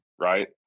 right